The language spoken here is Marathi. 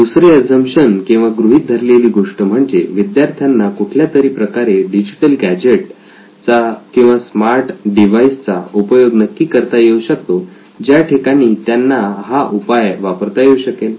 दुसरे अझम्पशन किंवा गृहीत धरलेली गोष्ट म्हणजे विद्यार्थ्यांना कुठल्या तरी प्रकारे डिजिटल गॅजेट चा किंवा स्मार्ट डिवाइस चा उपयोग नक्की करता येऊ शकतो ज्या ठिकाणी त्यांना हा उपाय वापरता येऊ शकेल